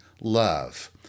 love